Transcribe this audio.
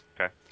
Okay